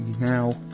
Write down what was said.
now